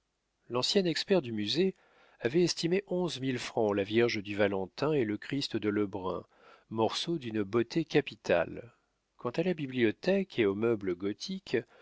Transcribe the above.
l'ancien expert du musée avait estimé onze mille francs la vierge du valentin et le christ de lebrun morceaux d'une beauté capitale quant à la bibliothèque et aux meubles gothiques